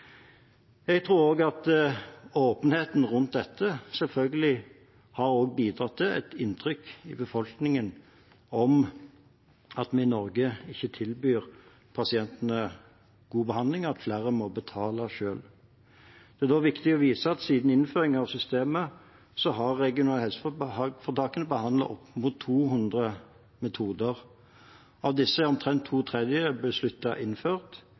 Jeg tror at åpenheten rundt dette selvfølgelig også har bidratt til et inntrykk i befolkningen av at vi i Norge ikke tilbyr pasientene god behandling, og at flere må betale selv. Det er da viktig å vise til at siden innføringen av systemet har de regionale helseforetakene behandlet opp mot 200 metoder. Av disse er omtrent to tredjedeler besluttet innført,